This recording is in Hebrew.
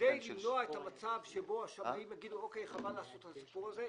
כדי למנוע את המצב שבו השמאים יגידו שחבל לעשות את הסיפור הזה,